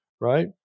right